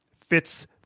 fits